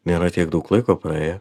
nėra tiek daug laiko praėję